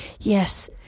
Yes